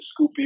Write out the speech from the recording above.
scoopy